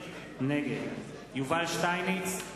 נגד יובל שטייניץ,